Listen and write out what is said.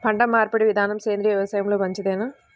పంటమార్పిడి విధానము సేంద్రియ వ్యవసాయంలో మంచిదేనా?